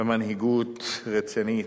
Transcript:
ומנהיגות רצינית.